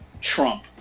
Trump